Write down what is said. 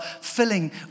filling